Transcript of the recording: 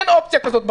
אין אופציה כזאת בקרן.